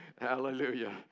Hallelujah